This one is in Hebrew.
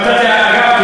אגב,